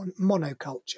monoculture